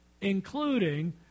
including